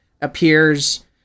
appears